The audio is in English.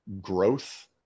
growth